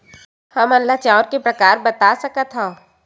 हमन ला चांउर के प्रकार बता सकत हव?